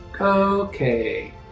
Okay